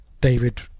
David